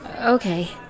Okay